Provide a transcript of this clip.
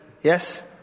Yes